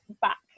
back